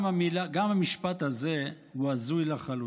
גם המשפט הזה הוא הזוי לחלוטין.